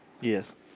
Yes